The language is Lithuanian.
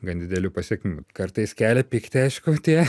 gan didelių pasekmių kartais kelia pyktį aišku tie